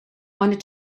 wanted